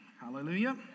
Hallelujah